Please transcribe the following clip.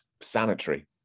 sanitary